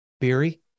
Beery